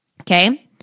Okay